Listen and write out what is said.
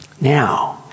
Now